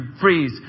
freeze